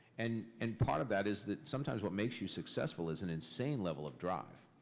and and part of that is that sometimes what makes you successful is an insane level of drive.